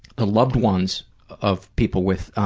the loved ones of people with